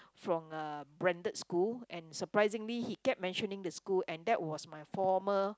from a branded school and surprisingly he kept mentioning the school and that was my former